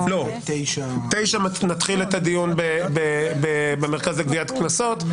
ב-09:00 נתחיל את הדיון במרכז לגביית קנסות,